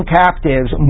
captives